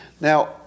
Now